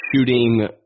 shooting